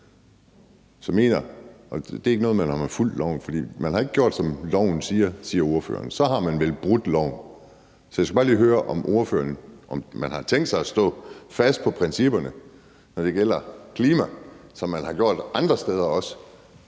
Det er ikke noget med, om man har fulgt loven, for man har ikke gjort, som loven siger, siger ordføreren, og så har man vel brudt loven. Så jeg skal bare lige høre ordføreren, om man har tænkt sig at stå fast på principperne, når det gælder klimaområdet, som man har gjort andre steder også,